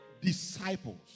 disciples